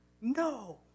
no